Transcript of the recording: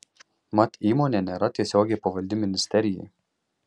mat įmonė nėra tiesiogiai pavaldi ministerijai